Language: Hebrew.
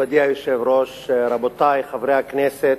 מכובדי היושב-ראש, רבותי חברי הכנסת,